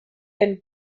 and